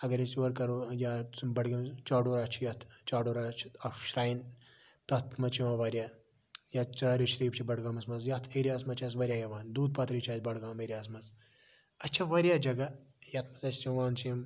اگر أسۍ یور کَرو یا بَڈگٲمِس چاڈوٗرہ چھُ یتھ چاڑوٗرہ چھُ اکھ شراین تتھ مَنٛز چھ یِوان واریاہ یا ژٕرارِ شریٖف چھ بَڈگامَس مَنٛز یتھ ایریاہَس مَنٛز چھِ اَسہِ واریاہ یِوان دوٗد پتھری چھِ اَسہِ بَڈگام ایریاہَس مَنٛز اَسہِ چھِ واریاہ جگہ یتھ اَسہِ یِوان چھِ یِم